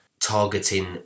targeting